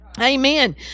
Amen